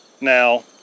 Now